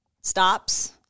stops